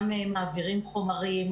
גם מעבירים חומרים,